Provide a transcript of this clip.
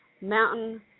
mountain